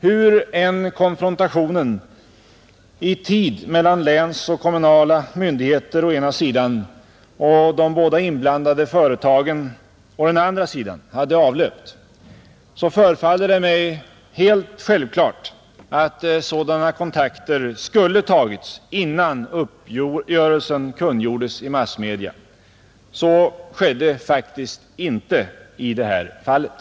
Hur än konfrontationen i tid mellan länsmyndigheter och kommunala myndigheter å ena sidan och de båda inblandade företagen å den andra sidan hade avlöpt, förefaller det mig helt självklart att sådana kontakter skulle ha tagits innan uppgörelsen kungjordes i massmedia, Så skedde faktiskt inte i det här fallet.